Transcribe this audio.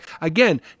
Again